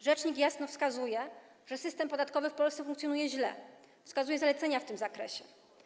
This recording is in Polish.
Rzecznik jasno wskazuje, że system podatkowy w Polsce funkcjonuje źle, i wskazuje zalecenia w tym zakresie.